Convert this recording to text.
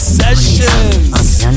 sessions